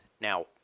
Now